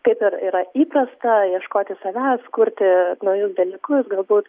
kaip ir yra įprasta ieškoti savęs kurti naujus dalykus galbūt